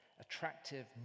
Attractive